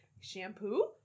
shampoo